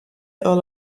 earl